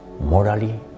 morally